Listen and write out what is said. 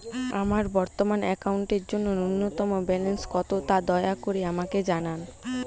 আমার বর্তমান অ্যাকাউন্টের জন্য ন্যূনতম ব্যালেন্স কত তা দয়া করে আমাকে জানান